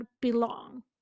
belong